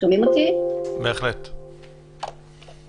ביקשה רשות דיבור.